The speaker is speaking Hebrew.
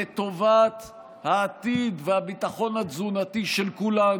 לטובת העתיד והביטחון התזונתי של כולנו,